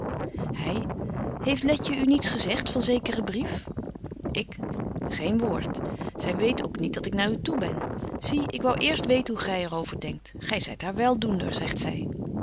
hy heeft letje u niets gezegt van zekeren brief ik geen woord zy weet ook niet dat ik naar u toe ben zie ik wou eerst weten hoe gy er over denkt gy zyt haar weldoender zegt zy